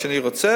מה שאני רוצה,